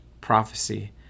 prophecy